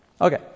Okay